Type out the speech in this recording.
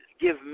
give